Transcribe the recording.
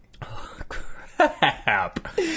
Crap